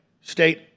state